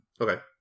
Okay